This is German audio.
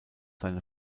seine